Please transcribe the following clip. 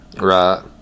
Right